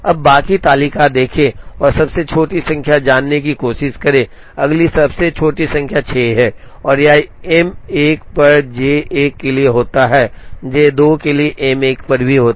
अब बाकी तालिका देखें और सबसे छोटी संख्या जानने की कोशिश करें अगली सबसे छोटी संख्या 6 है और यह M 1 पर J 1 के लिए होता है और J 2 के लिए M 1 पर भी होता है